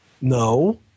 No